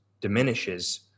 diminishes